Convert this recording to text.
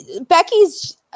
Becky's